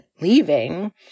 leaving